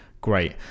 Great